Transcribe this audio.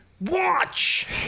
watch